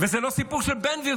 זה לא סיפור של בן גביר,